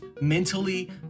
mentally